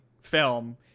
film